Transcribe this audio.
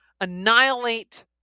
annihilate